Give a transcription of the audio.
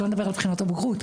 שלא נדבר על בחינות הבגרות,